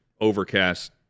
overcast